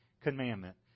commandment